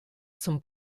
zum